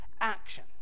action